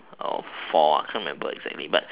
uh for I can't remember exactly but